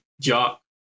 Jock